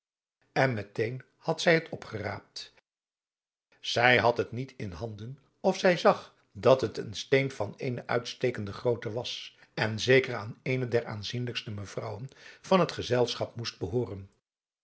wouter blommesteyn een had zij het opgeraapt zij had het niet in handen of zij zag dat het een steen van eene uitstekende grootte was en zeker aan eene der aanzienlijkste mevrouwen van het gezelschap moest behooren